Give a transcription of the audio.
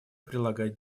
прилагать